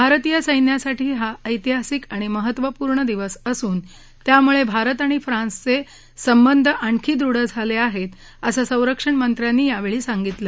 भारतीय सैन्यासाठी हा ऐतिहासिक आणि महत्त्वपूर्ण दिवस असून त्यामुळे भारत आणि फ्रांस यांचे संबंध आणखी दृढ झाले आहेत असं संरक्षणमंत्र्यांनी यावेळी सांगितलं